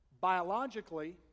biologically